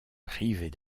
privés